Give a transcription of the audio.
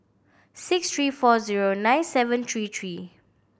six three four zero nine seven three three